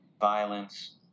violence